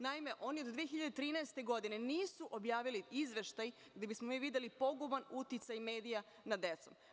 Naime, oni do 2013. godine nisu objavili izveštaj gde bismo mi videli poguban uticaj medija nad decom.